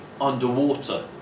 underwater